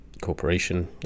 corporation